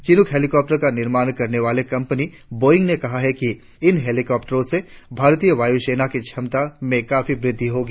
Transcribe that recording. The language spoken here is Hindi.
चिन्क हैलीकॉप्टरों की निर्माण करने वाली कंपनी बोइंग ने कहा है कि इन हैलीकॉप्टरों से भारतीय वायुसेना की क्षमता में काफी वृद्धि होगी